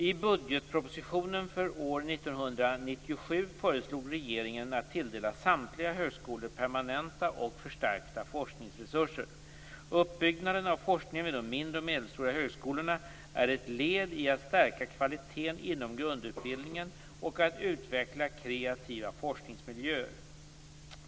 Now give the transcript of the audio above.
I budgetpropositionen för år 1997 föreslog regeringen att tilldela samtliga högskolor permanenta och förstärkta forskningsresurser. Uppbyggnaden av forskningen vid de mindre och medelstora högskolorna är ett led i att stärka kvaliteten inom grundutbildningen och att utveckla kreativa forskningsmiljöer.